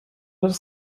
das